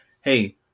hey